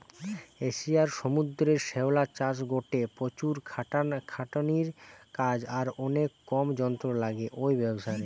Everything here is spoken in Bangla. এশিয়ার সমুদ্রের শ্যাওলা চাষ গটে প্রচুর খাটাখাটনির কাজ আর অনেক কম যন্ত্র লাগে ঔ ব্যাবসারে